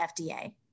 FDA